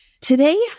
Today